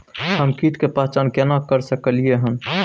हम कीट के पहचान केना कर सकलियै हन?